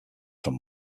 from